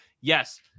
Yes